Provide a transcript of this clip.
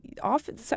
often